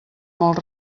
molt